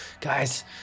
guys